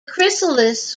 chrysalis